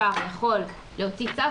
השר יכול להוציא צו,